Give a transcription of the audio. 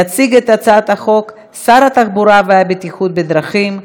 יציג את הצעת החוק שר התחבורה והבטיחות בדרכים,